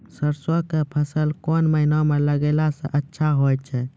सरसों के फसल कोन महिना म लगैला सऽ अच्छा होय छै?